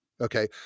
okay